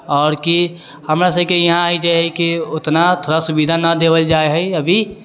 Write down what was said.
आओर की हमरा सबके यहाँ है जे की उतना थोड़ा सुविधा नहि देबल जाइ है अभी